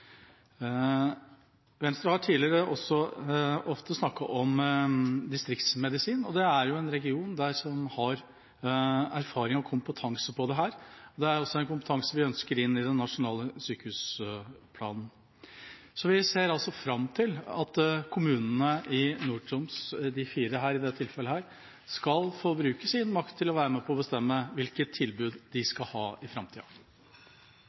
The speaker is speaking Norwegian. Venstre har også tidligere ofte snakket om distriktsmedisin. Dette er en region som har erfaring og kompetanse på dette, og det er en kompetanse vi ønsker inn i den nasjonale sykehusplanen. Vi ser altså fram til at kommunene i Nord-Troms, disse fire i dette tilfellet, skal få bruke sin makt til å være med på å bestemme hvilket tilbud de skal ha i framtida.